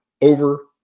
over